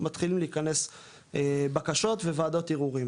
מתחילים להיכנס בקשות וועדות ערעורים,